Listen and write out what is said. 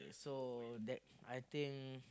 so that I think